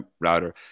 router